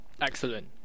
Excellent